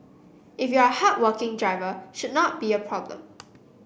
if you're a hardworking driver should not be a problem